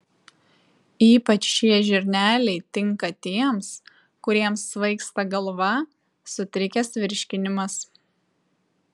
ypač šie žirneliai tinka tiems kuriems svaigsta galva sutrikęs virškinimas